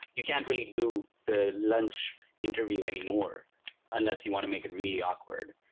you can't really do the lunch interview anymore unless you want to make it really awkward.